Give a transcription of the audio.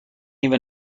even